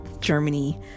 Germany